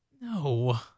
No